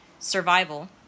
survival